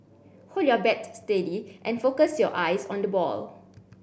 hold your bat steady and focus your eyes on the ball